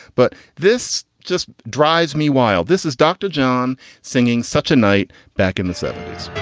but this just drives me wild. this is dr. john singing such a night back in the seventy s.